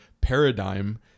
paradigm